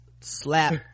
slap